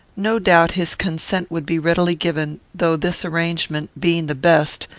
no doubt his consent would be readily given though this arrangement, being the best,